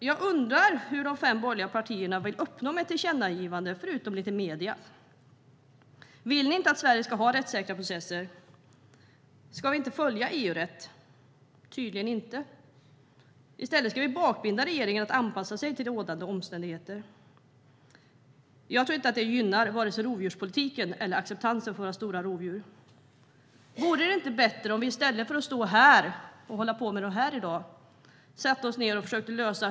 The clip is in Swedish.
Jag undrar vad de fem borgerliga partierna vill uppnå med ett tillkännagivande förutom lite uppmärksamhet i medier? Vill ni inte att Sverige ska ha rättssäkra processer? Ska vi inte följa EU-rätt? Tydligen inte. I stället ska vi bakbinda regeringen till att anpassa sig till rådande omständigheter. Jag tror inte att det gynnar vare sig rovdjurspolitiken eller acceptansen för våra stora rovdjur. Vore det inte bättre om vi i stället för att hålla på med det här satte oss ned och försökte lösa frågorna?